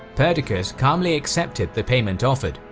perdiccas calmly accepted the payment offered,